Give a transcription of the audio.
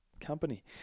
company